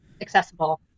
accessible